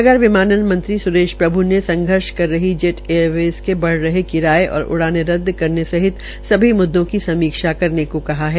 नगर विमानन मंत्री स्रेश प्रभ् ने संषर्घ कर रही जेट एयरवेस के बढ़ रहे किराये और उड़ाने रद्द करने सहित सभी मुद्दों की समीक्षा करने को कहा है